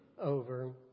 over